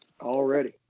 Already